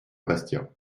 bastia